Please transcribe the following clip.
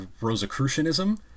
Rosicrucianism